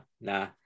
nah